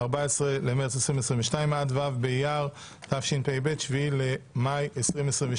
14.3.2022 עד ו' באייר התשפ"ב 7.5.2022):